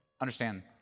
Understand